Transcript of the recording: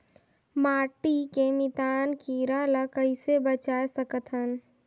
माटी के मितान कीरा ल कइसे बचाय सकत हन?